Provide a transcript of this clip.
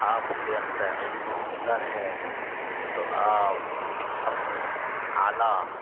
آپ کے اندر علم و ہنر ہے تو آپ اپنے اعلیٰ